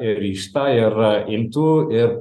ir ryžtą ir imtų ir